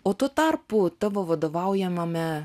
o tuo tarpu tavo vadovaujamame